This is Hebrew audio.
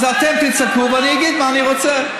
אז אתם תצעקו, ואני אגיד מה אני רוצה.